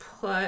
put